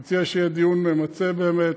אני מציע שיהיה דיון ממצה באמת,